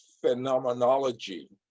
phenomenology